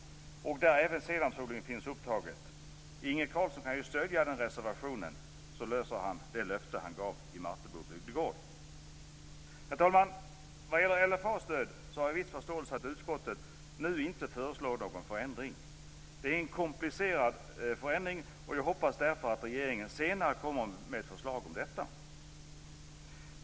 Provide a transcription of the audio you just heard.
Där finns även detta med senapsodling upptaget. Inge Carlsson kan ju stödja den reservationen, så löser han detta med löftet han gav i Martebo bygdegård. Herr talman! Vad gäller LFA-stöd har jag viss förståelse för att utskottet nu inte föreslår någon förändring. Det är en komplicerad förändring, och jag hoppas därför att regeringen senare kommer med ett förslag om detta.